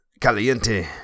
caliente